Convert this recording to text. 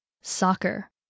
Soccer